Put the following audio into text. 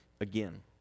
again